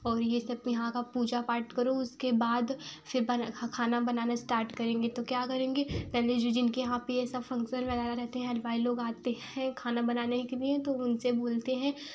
और ये सब तो यहाँ का पूजा पाठ करो उसके बाद फिर बना खाना बनाना स्टार्ट करेंगे तो क्या करेंगे पहले जो जिनके यहाँ पर ये सब फंक्शन लगाए रहते हैं हलवाई लोग आते हैं खाना बनाने के लिए तो उनसे बोलते हैं